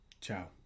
Ciao